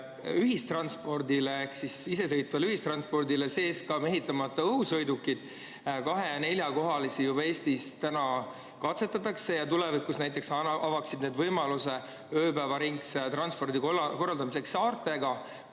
ühistranspordile ehk isesõitvale ühistranspordile sees ka mehitamata õhusõidukid. Kahe- ja neljakohalisi Eestis täna juba katsetatakse ning tulevikus avaksid need võimaluse näiteks ööpäevaringse transpordi korraldamiseks saartega,